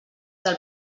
del